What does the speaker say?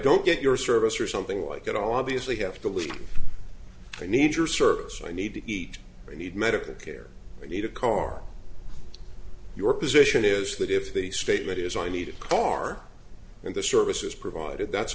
don't get your service or something like that all obviously have to leave i need your service i need to eat you need medical care you need a car your position is that if the statement is i need a car and the services provided that's